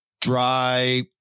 dry